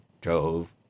drove